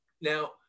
Now